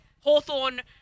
Hawthorne